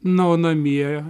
na o namie